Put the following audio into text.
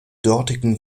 dortigen